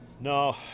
No